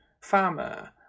farmer